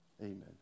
Amen